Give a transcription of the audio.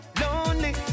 lonely